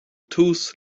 tús